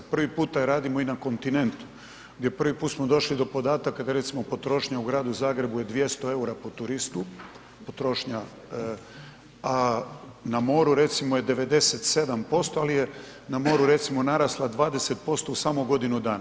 Prvi puta je radimo i na kontinentu gdje prvi put smo došli do podataka da recimo potrošnja u Gradu Zagrebu je 200 EUR-a po turistu, potrošnja, a na moru recimo je 97%, ali je na moru narasla 20% u samo godinu dana.